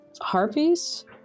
harpies